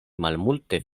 malmulte